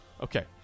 Okay